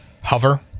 hover